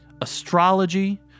astrology